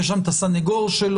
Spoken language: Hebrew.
יש שם את הסנגור שלו,